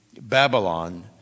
Babylon